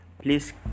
please